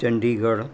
Chandigarh